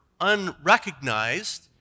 unrecognized